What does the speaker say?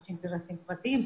יש אינטרסים פרטיים,